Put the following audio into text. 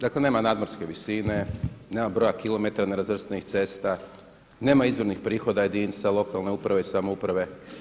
Dakle, nema nadmorske visine, nema broja kilometara nerazvrstanih cesta, nema izvornih prihoda jedinica lokalne uprave i samouprave.